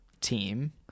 team